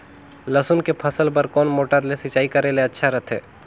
लसुन के फसल बार कोन मोटर ले सिंचाई करे ले अच्छा रथे?